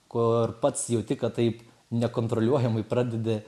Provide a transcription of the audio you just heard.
kur pats jauti kad taip nekontroliuojamai pradedi